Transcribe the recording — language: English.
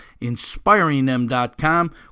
inspiringthem.com